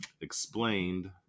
explained